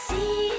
See